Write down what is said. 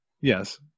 Yes